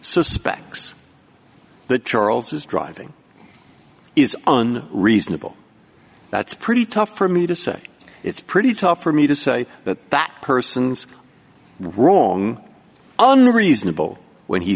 suspects the charles is driving is on reasonable that's pretty tough for me to say it's pretty tough for me to say that that person's wrong on reasonable when he